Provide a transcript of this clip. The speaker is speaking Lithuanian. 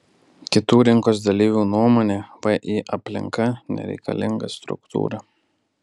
kitų rinkos dalyvių nuomone vį aplinka nereikalinga struktūra